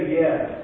yes